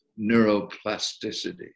neuroplasticity